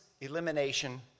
Elimination